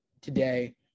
today